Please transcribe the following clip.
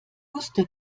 wusste